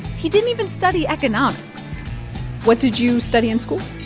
he didn't even study economics what did you study in school?